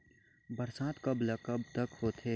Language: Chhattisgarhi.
बरसात कब ल कब तक होथे?